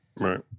Right